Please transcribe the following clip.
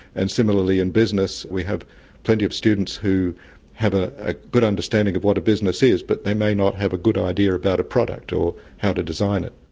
and similarly in business we have plenty of students who have a a good understanding of what a business is, but they may not have a good idea about a product or how to design it.